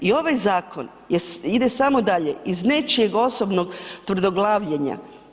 I ovaj zakon ide samo dalje iz nečijeg osobnog tvrdoglavljenja.